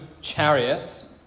chariots